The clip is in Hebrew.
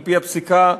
על-פי הפסיקה,